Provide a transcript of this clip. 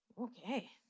Okay